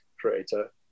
creator